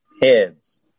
Heads